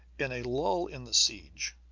in a lull in the siege,